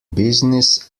business